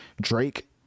Drake